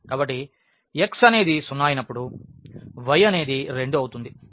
కాబట్టి x అనేది 0 అయినప్పుడు y అనేది 2 అవుతుంది